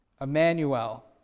Emmanuel